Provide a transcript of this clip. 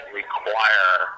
require